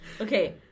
Okay